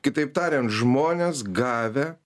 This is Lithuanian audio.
kitaip tariant žmonės gavę